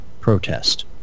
protest